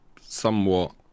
somewhat